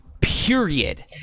Period